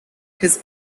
his